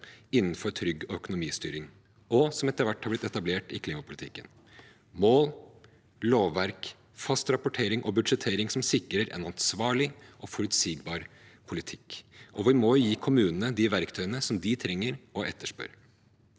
innenfor trygg økonomistyring, og som etter hvert har blitt etablert i klimapolitikken: mål, lovverk, fast rapportering og budsjettering som sikrer en ansvarlig og forutsigbar politikk. Vi må gi kommunene de verktøyene som de trenger og etterspør.